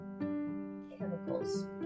chemicals